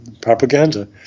propaganda